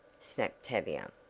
snapped tavia.